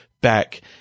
back